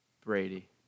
Brady